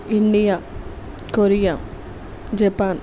India Korea Japan